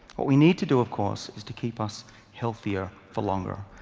what we need to do, of course, is to keep us healthier for longer.